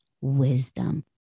wisdom